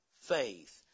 faith